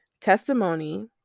testimony